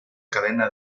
cadena